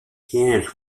cannes